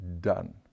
done